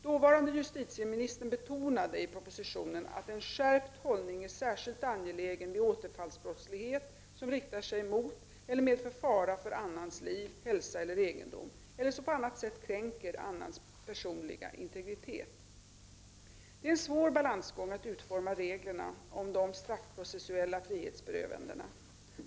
Dåvarande justitieministern betonade i propositionen att en skärpt hållning är särskilt angelägen vid återfallsbrottslighet som riktar sig mot eller medför fara för annans liv, hälsa eller egendom eller som på annat sätt kränker annans personliga integritet. Det är en svår balansgång att utforma reglerna om de straffprocessuella frihetsberövandena.